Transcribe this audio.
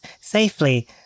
safely